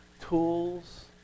tools